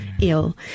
ill